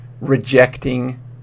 rejecting